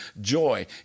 joy